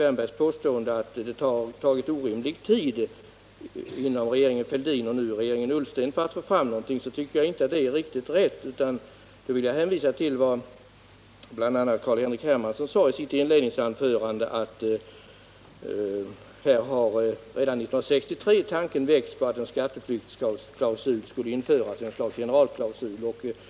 Wärnbergs påstående, att arbetet med att få fram någonting har tagit orimlig tid för regeringarna Fälldin och Ullsten, tycker jag inte att det är riktigt. Jag vill hänvisa till vad bl.a. Carl-Henrik Hermansson sade i sitt inledningsanförande, att redan 1963 väcktes tanken på att en skatteflyktsklausul, ett slags generalklausul, skulle införas.